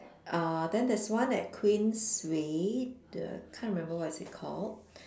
uh then there's one at Queensway the can't remember what is it called